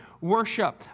worship